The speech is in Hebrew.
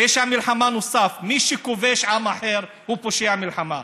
פשע מלחמה נוסף: מי שכובש עם אחר הוא פושע מלחמה,